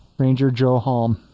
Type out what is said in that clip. ranger joe halm